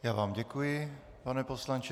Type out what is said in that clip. Já vám děkuji, pane poslanče.